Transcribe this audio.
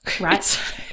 Right